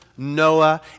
Noah